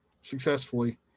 successfully